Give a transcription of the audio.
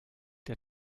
der